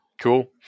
Cool